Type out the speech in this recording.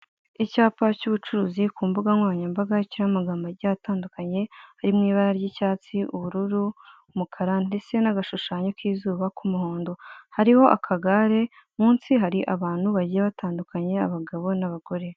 Icyapa cy'ubucuruzi ku mbuga nkoranyamabaga kiriho amagambo agiye atandukanye ari mu ibara ry'icyatsi, ubururu, umukara ndetse n'agashushanyo k'izuba k'umuhondo hariho akagare munsi hari abantu bagiye batandukanye abagab n'abagore.